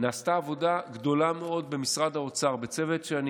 נעשתה עבודה גדולה מאוד במשרד האוצר בצוות שאני